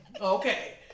Okay